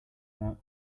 that